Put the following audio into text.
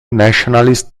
nationalist